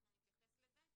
אנחנו נתייחס לזה.